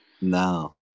no